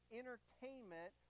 entertainment